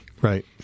Right